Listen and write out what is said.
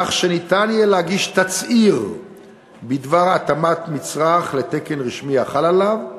כך שניתן יהיה להגיש תצהיר בדבר התאמת מצרך לתקן רשמי החל עליו,